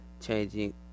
changing